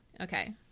Okay